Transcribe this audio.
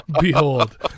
Behold